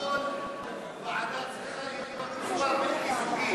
כל ועדה צריכה מספר חברים בלתי זוגי.